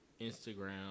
Instagram